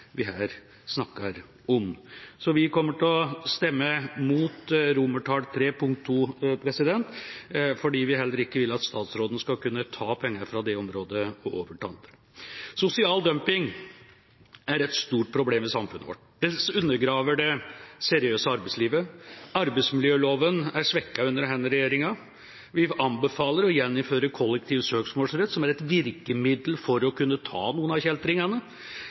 vi her snakker om. Vi kommer til å stemme mot III punkt 2, fordi vi heller ikke vil at statsråden skal kunne ta pengene fra det området og føre over til andre. Sosial dumping er et stort problem i samfunnet vårt. Det undergraver det seriøse arbeidslivet. Arbeidsmiljølova er svekket under denne regjeringa. Vi anbefaler å gjeninnføre kollektiv søksmålsrett, som er et virkemiddel for å kunne ta noen av kjeltringene.